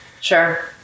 sure